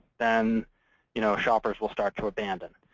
then you know shoppers will start to abandon.